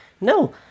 No